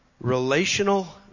relational